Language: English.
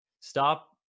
stop